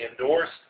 endorsed